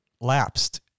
lapsed